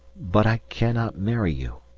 but i cannot marry you.